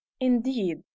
indeed